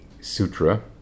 sutra